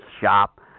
shop